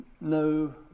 no